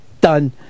done